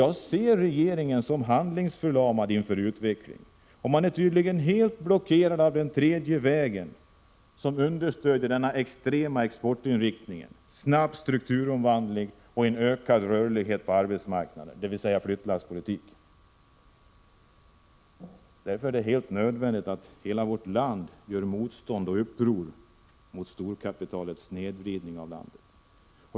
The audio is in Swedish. Jag ser regeringen som handlingsförlamad inför utvecklingen. Man är tydligen helt blockerad av den tredje vägen, som understödjer en extrem exportinriktning, snabb strukturomvandling och ökad rörlighet på arbetsmarknaden, dvs. flyttlasspolitik. Därför är det alldeles nödvändigt att hela vårt land gör motstånd och uppror mot storkapitalets snedvridning av landet.